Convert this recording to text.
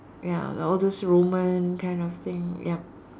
ya like all those Roman kind of thing yup